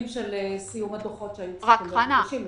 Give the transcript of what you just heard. של סיום הדוחות שהיו צריכים להיות מוגשים לנו.